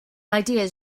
ideas